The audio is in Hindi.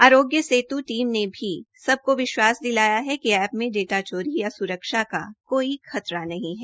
आरोग्य सेत् टीम ने भी सबको विश्वास दिलाया कि एप्प में डाटा चोरी या स्रक्षा का कोई खतरा नहीं है